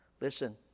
Listen